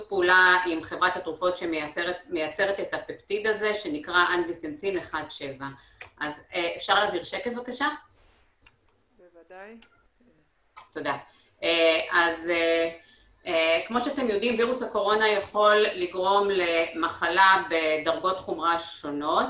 פעולה עם חברת התרופות שמייצרת את הפטטיד הזה שנקרא אנגיוטנסין 17. כמו שאתם יודעים וירוס הקורונה יכול לגרום למחלה בדרגות חומרה שונות,